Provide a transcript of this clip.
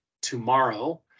tomorrow